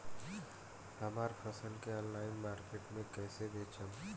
हमार फसल के ऑनलाइन मार्केट मे कैसे बेचम?